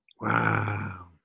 Wow